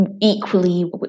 equally